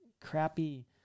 crappy